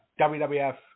WWF